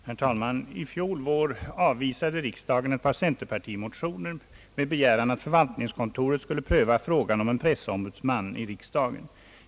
Herr talman! I fjol vår avvisade riksdagen ett par centerpartimotioner med begäran att förvaltningskontoret skulle pröva frågan om en pressombudsman i riksdagen.